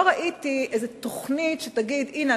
לא ראיתי איזו תוכנית שתגיד: הנה,